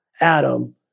Adam